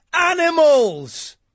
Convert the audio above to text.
animals